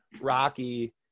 Rocky